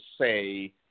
say